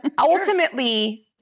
Ultimately